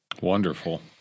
Wonderful